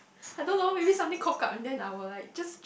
I don't know maybe something cock up and then I will like just